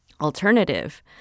alternative